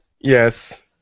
Yes